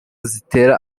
zitera